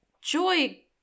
Joy